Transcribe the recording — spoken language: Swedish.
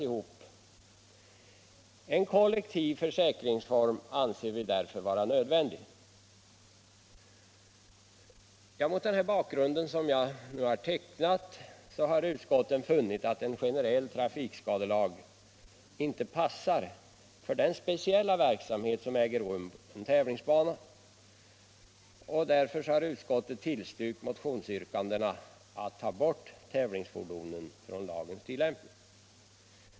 Vi anser att en kollektiv försäkring är nödvändig i detta hänseende. Mot den bakgrund som jag nu tecknat har utskottet funnit att en generell trafikskadelag inte passar för den speciella verksamhet som äger rum på en tävlingsbana. Därför har utskottet tillstyrkt motionsyrkandena om att tävlingsfordon skall undantas från lagens tillämpning.